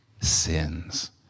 sins